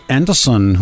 Anderson